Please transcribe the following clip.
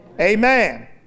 Amen